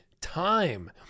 time